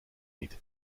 niet